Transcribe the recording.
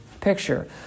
picture